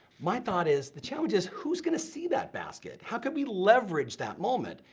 my thought is, the challenge is who's gonna see that basket, how can we leverage that moment?